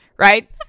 Right